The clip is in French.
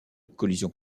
collisions